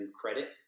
credit